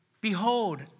behold